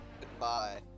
Goodbye